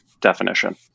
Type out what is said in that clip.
definition